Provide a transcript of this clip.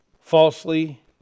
falsely